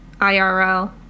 IRL